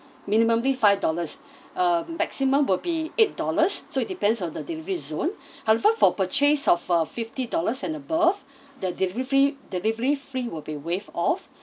minimumly five dollars uh maximum will be eight dollars so it depends on the delivery zone however for purchase of a fifty dollars and above the delivery the delivery fee will be waived off